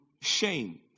shame